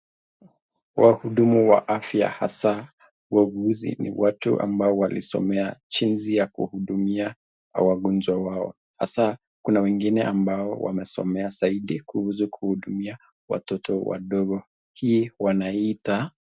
Wahudumu wa afya hasa wauguzi ni watu ambao walisomea jinsi ya kuhudumia wagonjwa wao, hasa kuna wengine ambao wamesomea zaidi kuhusu kuhudumia watoto wadogo. Hii wanaiita.